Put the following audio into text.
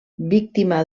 víctima